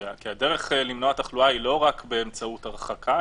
כי הדרך למנוע תחלואה היא לא רק באמצעות הרחקה,